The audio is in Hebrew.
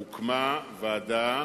הוקמה ועדה